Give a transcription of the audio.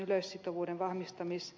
arvoisa puhemies